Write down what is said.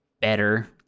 better